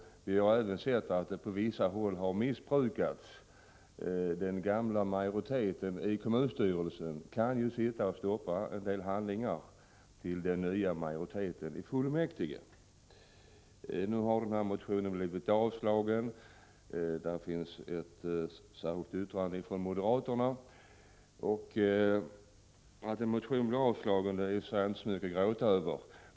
Vi har även sett att nuvarande ordning på vissa håll har missbrukats. Den gamla majoriteten i kommunstyrelsen kan ju sitta och stoppa en del handlingar som är avsedda för den nya majoriteten i fullmäktige. Nu har denna motion avstyrkts. Ett särskilt yttrande har avgivits av moderaterna. Att en motion blir avslagen är ju inte så mycket att gråta över.